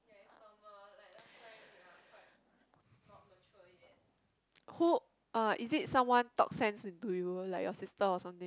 who uh is it someone talk sense to you like your sister or something